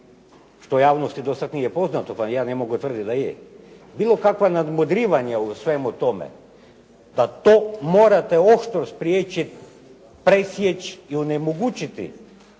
što javnosti dosad nije poznato pa ja ne mogu tvrditi da je, bilo kakva nadmudrivanja u svemu tome, da to morate oštro spriječiti, presjeći i onemogućiti